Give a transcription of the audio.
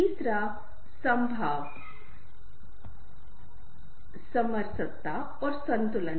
तीसरा है समभाव समरसता और संतुलन